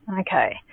Okay